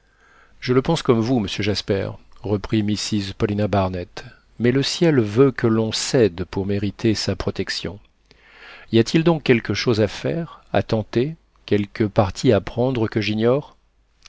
je le pense comme vous monsieur jasper reprit mrs paulina barnett mais le ciel veut que l'on s'aide pour mériter sa protection y a-t-il donc quelque chose à faire à tenter quelque parti à prendre que j'ignore